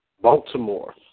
Baltimore